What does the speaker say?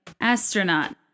astronaut